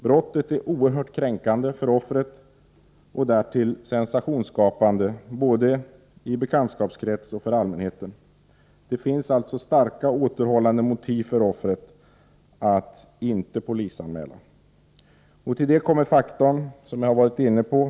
Brottet är oerhört kränkande för offret och därtill sensationsskapande både i bekantskapskrets och inför allmänheten. Det finns alltså starka återhållande motiv för offret att inte polisanmäla. Till detta kommer en faktor som jag varit inne på.